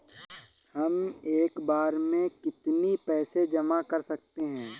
हम एक बार में कितनी पैसे जमा कर सकते हैं?